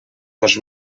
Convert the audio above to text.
dos